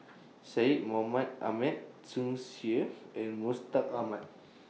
Syed Mohamed Ahmed Tsung Yeh and Mustaq Ahmad